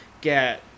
get